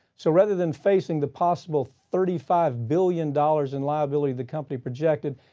so rather than facing the possible thirty five billion dollars in liability the company projected,